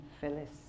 Phyllis